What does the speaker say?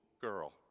girl